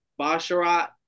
Basharat